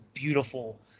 Beautiful